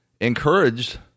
encouraged